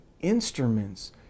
instruments